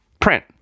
print